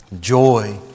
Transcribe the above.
Joy